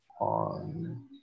on